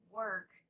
work